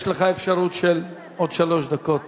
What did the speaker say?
יש לך אפשרות של עוד שלוש דקות